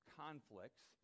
conflicts